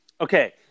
Okay